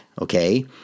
okay